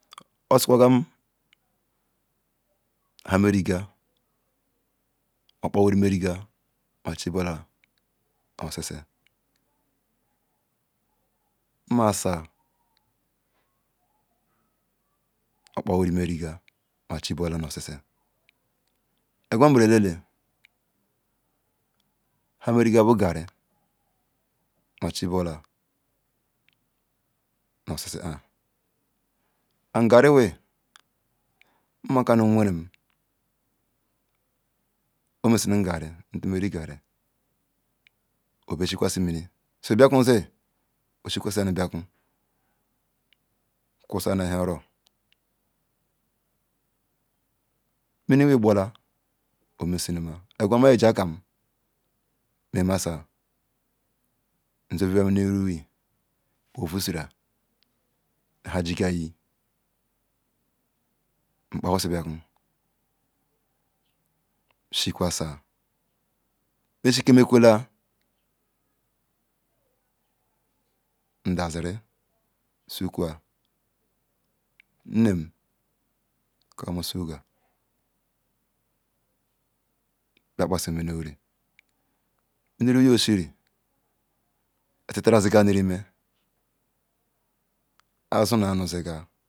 Osikwagam han merigal okpa wiri merigal okpa wiri merigal ma chibula nu osisi nma sa okpa wiri merigal ma chibula nu osisi eqwan mbro alele han merigal ma chibula nam nu osisi am garri wen mma cannu nweren ya messi nu ga so bekwu si oyi shi nu ba kwun mini ke bola om esunama equan ma ye ji akam messi ya ma ye ji akam messi ya nzin voyal mini wri pal a vosara nu han jiga ihi nkpa wosin bakun nshikemekun meshime kwula nda ziri nsuku nmem bia baku sini mi ni wiri urini wiri ke oshiri etitaral zengal nu remain azun nu anu ziga